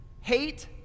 hate